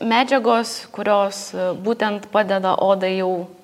medžiagos kurios būtent padeda odai jau